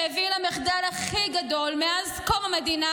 שהביא למחדל הכי גדול מאז קום המדינה,